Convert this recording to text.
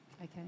Okay